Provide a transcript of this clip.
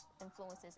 influences